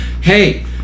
hey